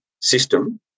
system